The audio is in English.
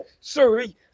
Sorry